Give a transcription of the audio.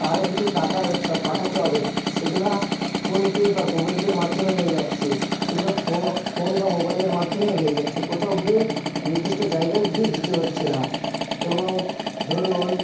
কারো কিছু টাকা পাঠাতে হবে সেগুলা ফোনপে বা গুগলপের মাধ্যমে হয়ে যাচ্ছে সেগুলো ফোন বা মোবাইলের মাধ্যমে হয়ে যাচ্ছে কোথাও গিয়ে নির্দিষ্ট জায়গায় গিয়ে দিতে হচ্ছে না এবং ধরুন